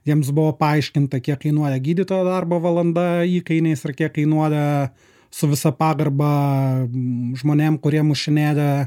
jiems buvo paaiškinta kiek kainuoja gydytojo darbo valanda įkainiais ir kiek kainuoja su visa pagarbą žmonėm kurie mušinėja